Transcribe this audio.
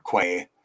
Quay